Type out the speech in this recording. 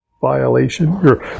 violation